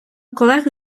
колег